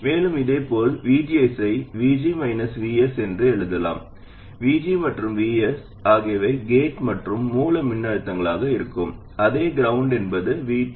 மேலும் இதேபோல் VGS ஐ VG VS என எழுதலாம் VG மற்றும் VS ஆகியவை கேட் மற்றும் மூல மின்னழுத்தங்களாக இருக்கும் அதே கிரௌண்ட் என்பது VT